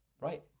right